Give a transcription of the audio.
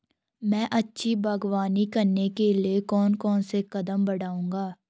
मैं अच्छी बागवानी करने के लिए कौन कौन से कदम बढ़ाऊंगा?